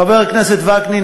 חבר הכנסת וקנין,